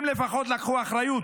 הם לפחות לקחו אחריות.